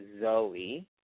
Zoe